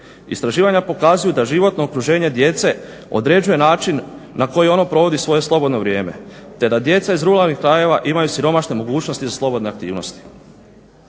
Istraživanja pokazuju da životno okruženje djece određuje način na koji ono provodi svoje slobodno vrijeme te da djeca iz ruralnih krajeva imaju siromašne mogućnosti za slobodne aktivnosti.